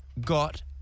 got